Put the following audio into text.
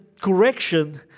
correction